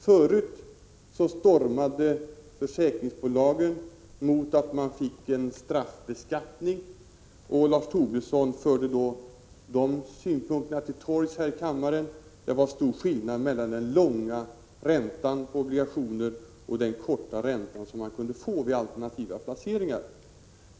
Tidigare stormade försäkringsbolagen mot att man fick en straffbeskattning, och Lars Tobisson förde då de synpunkterna till torgs här i kammaren — det var stor skillnad mellan den långa räntan på obligationer och den korta ränta som man kunde få vid alternativa placeringar.